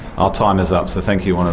ah time is up, so thank you